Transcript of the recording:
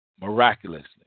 miraculously